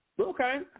Okay